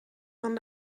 van